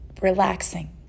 relaxing